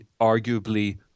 arguably